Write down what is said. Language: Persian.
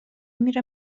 میره